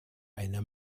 eine